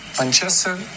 Manchester